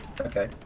Okay